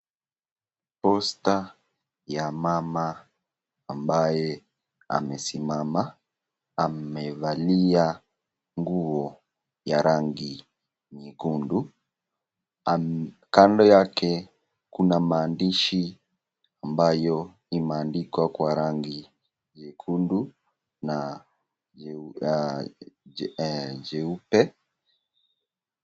Posta ni ya mama ambaye amesimama amevalia nguo ya rangi nyekundu. Kando yake kuna maandishi amabayo ya meandikwa kwa rangi nyekundu na jeupe